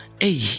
hey